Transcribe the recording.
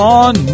on